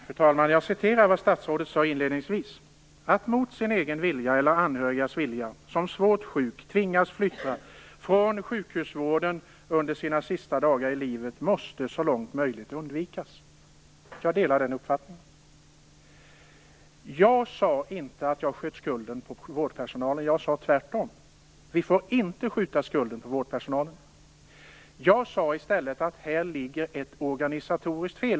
Fru talman! Jag citerar vad statsrådet sade inledningsvis: "Att mot sin egen eller anhörigas vilja som svårt sjuk tvingas flytta från sjukhusvården under sina sista dagar i livet måste så långt möjligt undvikas." Jag delar den uppfattningen Jag sade inte att jag sköt skulden på vårdpersonalen. Jag sade tvärtom att vi inte får skjuta skulden på vårdpersonalen. Jag sade i stället att här ligger ett organisatoriskt fel.